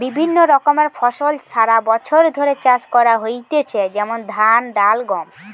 বিভিন্ন রকমের ফসল সারা বছর ধরে চাষ করা হইতেছে যেমন ধান, ডাল, গম